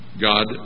God